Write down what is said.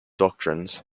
doctrines